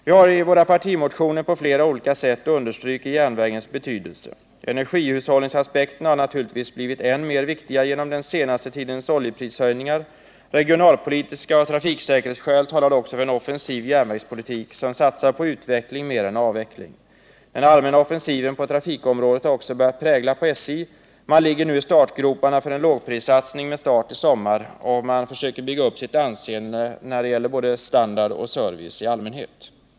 Vi har i våra partimotioner under detta riksmöte på flera olika sätt understrukit järnvägens betydelse. Energihushållningsaspekterna har naturligtvis blivit än mer riktiga genom den senaste tidens oljeprishöjningar. Regionalpolitiska skäl och trafiksäkerhetsskäl talar också för en offensiv järnvägspolitik som satsar på utveckling mer än avveckling. Den allmänna offensiven på trafikområdet har också börjat prägla SJ. Man ligger nu i startgroparna för en lågprissatsning med början i sommar, och man försöker bygga upp sitt anseende när det gäller standard och service i allmänhet.